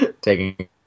Taking